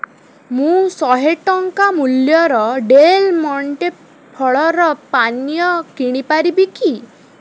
ମୁଁ ଶହେ ଟଙ୍କା ମୂଲ୍ୟର ଡ଼େଲ୍ମଣ୍ଟେ ଫଳର ପାନୀୟ କିଣି ପାରିବି କି